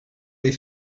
les